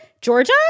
georgia